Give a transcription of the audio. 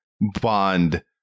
Bond